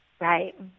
Right